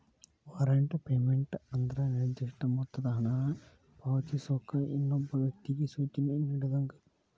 warrant payment ಅಂದ್ರ ನಿರ್ದಿಷ್ಟ ಮೊತ್ತದ ಹಣನ ಪಾವತಿಸೋಕ ಇನ್ನೊಬ್ಬ ವ್ಯಕ್ತಿಗಿ ಸೂಚನೆ ನೇಡಿದಂಗ